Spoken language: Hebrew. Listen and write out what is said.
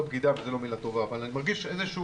בגידה זאת לא מילה טובה אבל אני מרגיש איזושהי